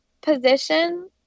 position